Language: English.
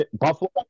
Buffalo